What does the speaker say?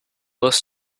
was